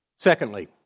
Secondly